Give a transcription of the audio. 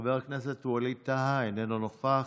חבר הכנסת ווליד טאהא, איננו נוכח,